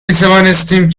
میتوانستیم